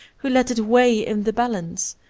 who let it weigh in the balance.